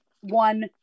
one